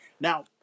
Now